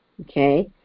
okay